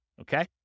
Okay